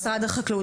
אצל משרד החקלאות.